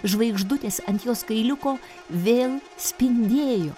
žvaigždutės ant jos kailiuko vėl spindėjo